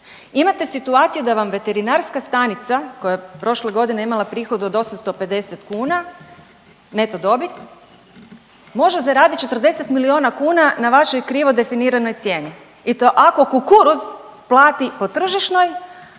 imate situaciju da vam veterinarska stanica koja je prošle godine imala prihod od 850 kuna neto dobit može zaraditi na 40 miliona kuna na vašoj krivo definiranoj cijeni i to ako kukuruz plati po tržišnoj,